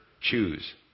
choose